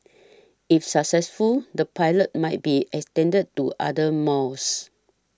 if successful the pilot might be extended to other malls